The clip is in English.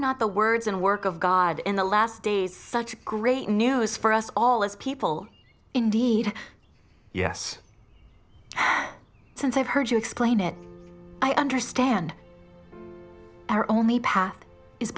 not the words and work of god in the last days such great news for us all as people indeed yes since i heard you explain it i understand are only path is